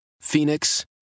Phoenix